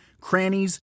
crannies